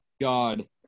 God